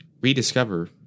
rediscover